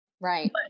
Right